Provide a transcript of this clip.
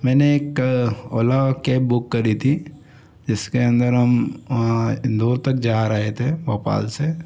मैंने एक Ola cab book करी थी जिसके अंदर हम इंदौर तक जा रहे थे भोपाल से